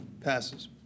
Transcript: passes